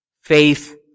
faith